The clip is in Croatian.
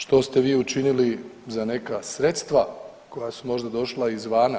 Što ste vi učinili za neka sredstva koja su možda došla izvana?